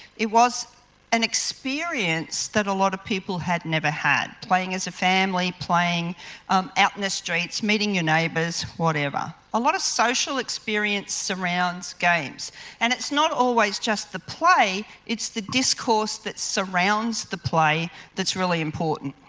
it was an experience that a lot of people had never had playing as a family, playing um out in the streets, meeting your neighbours, whatever. a lot of social experience surrounds games and it's not always just the play, it's the discourse that surrounds the play that's really important.